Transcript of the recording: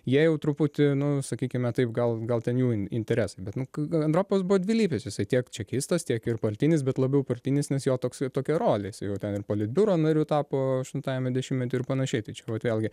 jie jau truputį nu sakykime taip gal gal ten jų in interesai bet nu k gal andropovas buvo dvilypis jisai tiek čekistas tiek ir partinis bet labiau partinis nes jo toksai tokia rolė jisai jau ten politbiuro nariu tapo aštuntajame dešimtmetyje ir panašiai tai čia vat vėlgi